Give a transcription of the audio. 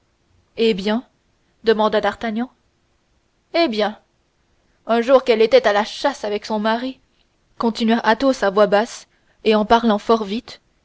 eh bien demanda d'artagnan eh bien un jour qu'elle était à la chasse avec son mari continua athos à voix basse et en parlant fort vite